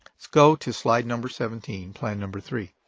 let's go to slide number seventeen, plan number three.